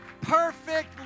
Perfect